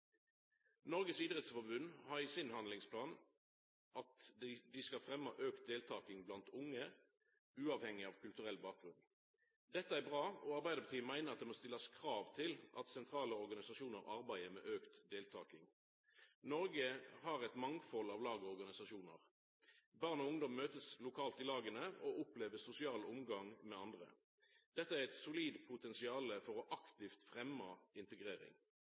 idrettsforbund har i handlingsplanen sin at dei skal fremma auka deltaking blant unge, uavhengig av kulturell bakgrunn. Dette er bra, og Arbeidarpartiet meiner at det må stillast krav til at sentrale organisasjonar arbeider med auka deltaking. Noreg har eit mangfald av lag og organisasjonar. Barn og ungdom møtest lokalt i laga og opplever sosial omgang med andre. Dette er eit solid potensial for aktivt å fremma integrering.